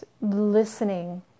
listening